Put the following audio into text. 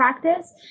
practice